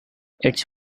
its